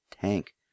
tank